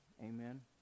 amen